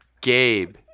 Gabe